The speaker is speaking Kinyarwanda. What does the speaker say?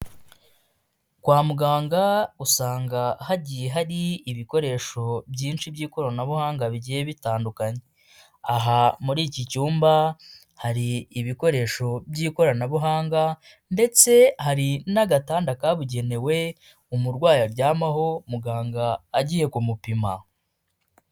Kwa muganga usanga hagiye hari ibikoresho byinshi by'ikoranabuhanga bigiye bitandukanye. Aha muri iki cyumba hari ibikoresho by'ikoranabuhanga, ndetse hari n'agatanda kabugenewe umurwayi aryamaho muganga agiye kumupima.